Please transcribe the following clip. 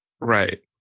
right